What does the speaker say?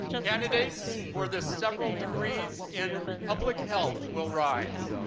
candidates for the several degrees in public health will rise.